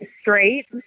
straight